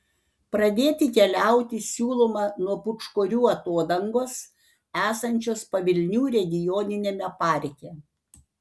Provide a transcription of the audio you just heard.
pradėti keliauti siūloma nuo pūčkorių atodangos esančios pavilnių regioniniame parke